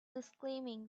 disclaiming